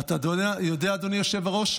ואתה יודע, אדוני היושב-ראש,